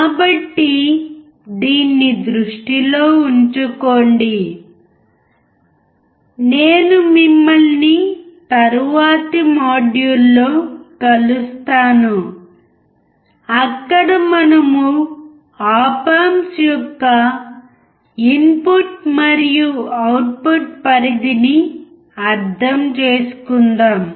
కాబట్టి దీన్ని దృష్టిలో ఉంచుకోండి నేను మిమ్మల్ని తరువాత మాడ్యూల్లో కలుస్తాను అక్కడ మనము ఆప్ ఆంప్స్ యొక్క ఇన్పుట్ మరియు అవుట్పుట్ పరిధిని అర్థం చేసుకుందాం